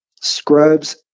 scrubs